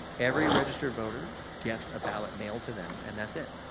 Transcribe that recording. every registered voter gets a ballot mailed to them and that's it.